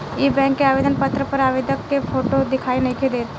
इ बैक के आवेदन पत्र पर आवेदक के फोटो दिखाई नइखे देत